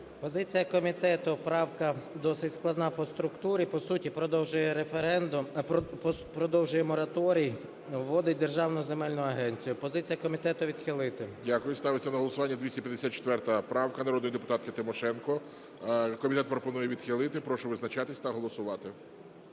Позиція комітету. Правка досить складна по структурі і по суті продовжує мораторій, вводить державну земельну агенцію. Позиція комітету – відхилити. ГОЛОВУЮЧИЙ. Дякую. Ставиться на голосування 254 правка народної депутатки Тимошенко. Комітет пропонує відхилити. Прошу визначатись та голосувати.